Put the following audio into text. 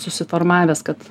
susiformavęs kad